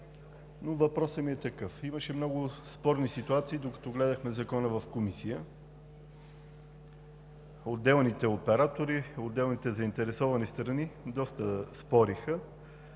и процедури по жаленето. Имаше много спорни ситуации, докато гледахме Закона в Комисията. Отделните оператори, отделните заинтересовани страни доста спориха